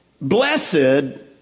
Blessed